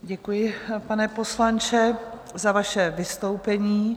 Děkuji, pane poslanče, za vaše vystoupení.